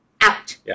out